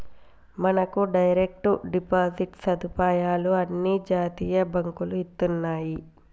మనకు direct deposit సదుపాయాలు అన్ని జాతీయ బాంకులు ఇత్తన్నాయి